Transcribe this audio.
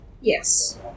Yes